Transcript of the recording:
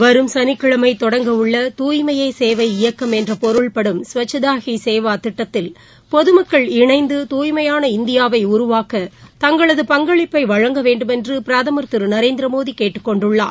வரும் சனிக்கிழமை தொடங்கவுள்ள தூய்மையே சேவை இயக்கம் என்ற பொருள்படும் ஸ்வச்சதா ஹீ சேவா திட்டத்தில் பொதுமக்கள் இணைந்து தூய்மையான இந்தியாவை உருவாக்க தங்களது பங்களிப்பை வழங்கவேண்டும் என்று பிரதமர் திரு நரேந்திரமோடி கேட்டுக்கொண்டுள்ளார்